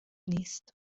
نیست